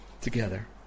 together